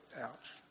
Ouch